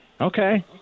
Okay